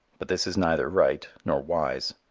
but this is neither right nor wise.